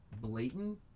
blatant